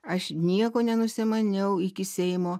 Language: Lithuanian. aš nieko nenusimaniau iki seimo